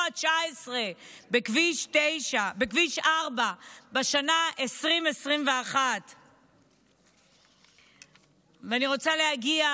ה-19 בכביש 4 בשנת 2021. אני רוצה להגיע